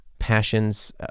passions